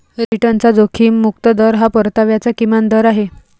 रिटर्नचा जोखीम मुक्त दर हा परताव्याचा किमान दर आहे